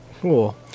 Cool